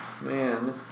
Man